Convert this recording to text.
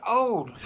old